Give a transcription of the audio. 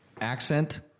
Accent